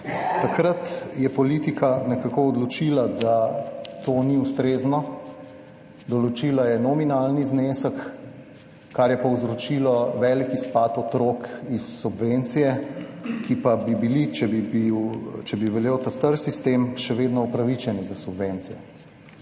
Takrat je politika nekako odločila, da to ni ustrezno. Določila je nominalni znesek, kar je povzročilo velik izpad otrok iz subvencije, ki pa bi bili, če bi veljal star sistem, še vedno upravičeni do subvencije.